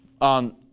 on